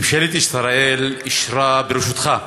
ממשלת ישראל אישרה, בראשותך,